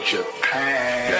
Japan